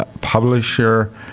publisher